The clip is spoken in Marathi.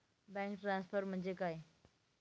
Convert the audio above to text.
बँक ट्रान्सफर म्हणजे काय?